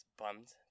bummed